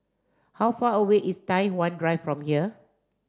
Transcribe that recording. how far away is Tai Hwan Drive from here